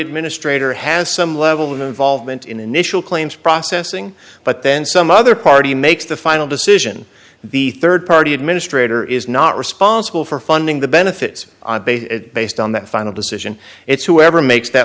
administrator has some level of involvement in initial claims processing but then some other party makes the final decision the rd party administrator is not responsible for funding the benefits based on that final decision it's whoever makes th